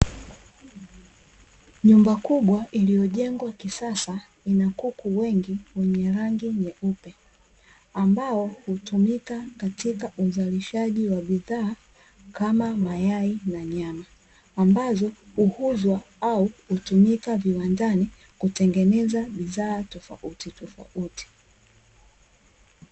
Nyumba kubwa iliyojengwa kisasa, ina kuku wengi wenye rangi nyeupe, ambao hutumika katika uzalishaji wa bidhaa, kama mayai na nyama. Ambazo huuzwa au hutumika viwandani, kutengeneza bidhaa tofautitofauti.